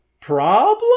problem